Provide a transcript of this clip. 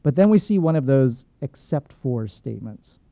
but then, we see one of those, except for statements.